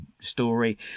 story